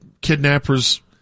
kidnappers